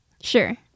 Sure